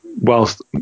whilst